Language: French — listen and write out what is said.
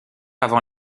avant